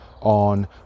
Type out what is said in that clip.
on